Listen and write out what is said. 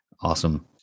Awesome